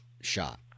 shot